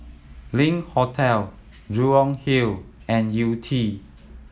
Link Hotel Jurong Hill and Yew Tee